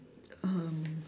um